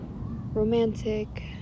romantic